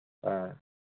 ꯑꯥ